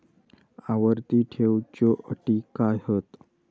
आवर्ती ठेव च्यो अटी काय हत?